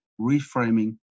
reframing